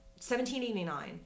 1789